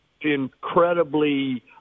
incredibly